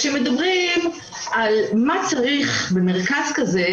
כשמדברים על מה שצריך במרכז כזה,